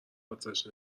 آتش